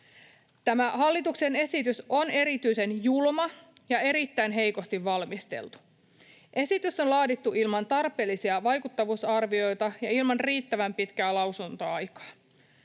hallituksen esitys on erityisen julma ja erittäin heikosti valmisteltu. Esitys on laadittu ilman tarpeellisia vaikuttavuusarvioita ja ilman riittävän pitkää lausuntoaikaa.